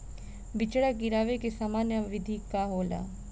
बिचड़ा गिरावे के सामान्य विधि का होला?